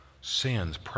sins